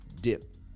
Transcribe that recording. dip